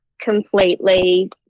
completely